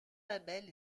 label